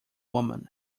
woman